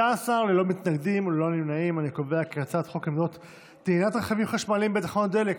ההצעה להעביר את הצעת חוק עמדות טעינת רכבים חשמליים בתחנות דלק,